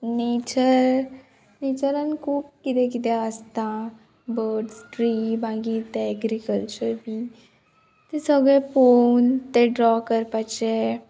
nature नेचरान खूब कितें कितें आसता बर्ड्स ट्री मागीर ते एग्रीकल्चर बी तें सगळे पोवून तें ड्रॉ करपाचें